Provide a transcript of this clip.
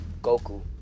Goku